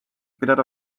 pidada